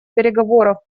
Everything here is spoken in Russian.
переговоров